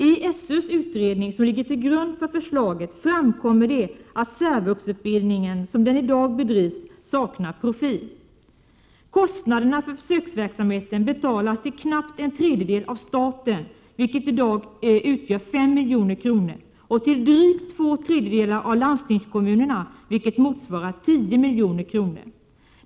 I SÖ:s utredning som ligger till grund för förslaget framkommer det att särvuxutbildningen som den i dag bedrivs saknar profil. Prot. 1987/88:126 Kostnaderna för försöksverksamheten betalas till knappt en tredjedel av 25 maj 1988 staten, vilket i dag är 5 milj.kr., och till drygt två tredjedelar av landstings kommunerna, vilket motsvarar 10 milj.kr.